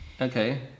okay